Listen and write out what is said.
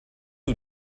who